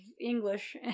English